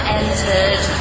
entered